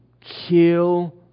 kill